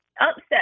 upset